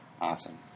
Awesome